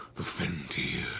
the fendir,